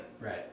Right